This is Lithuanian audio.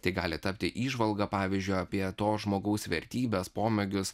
tai gali tapti įžvalga pavyzdžiui apie to žmogaus vertybes pomėgius